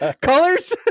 colors